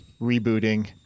Rebooting